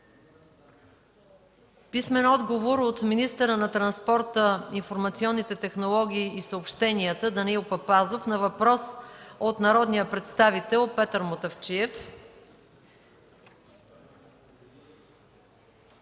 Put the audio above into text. Добрин Данев; - министъра на транспорта, информационните технологии и съобщенията Данаил Папазов на въпрос от народния представител Петър Мутафчиев;